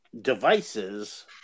devices